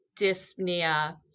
dyspnea